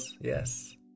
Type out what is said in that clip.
yes